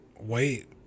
wait